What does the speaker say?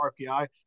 RPI